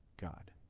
God